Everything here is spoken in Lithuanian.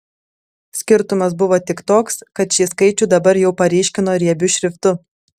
skirtumas buvo tik toks kad šį skaičių dabar jau paryškino riebiu šriftu